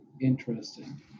Interesting